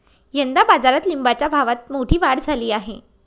यंदा बाजारात लिंबाच्या भावात मोठी वाढ झाली आहे